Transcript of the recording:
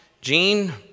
Gene